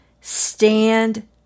stand